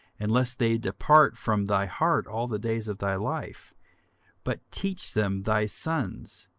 and lest they depart from thy heart all the days of thy life but teach them thy sons,